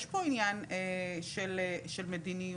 יש פה עניין של מדיניות,